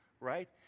right